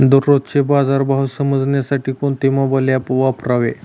दररोजचे बाजार भाव समजण्यासाठी कोणते मोबाईल ॲप वापरावे?